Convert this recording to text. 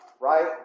right